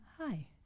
hi